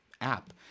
app